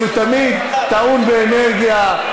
שהוא תמיד טעון באנרגיה,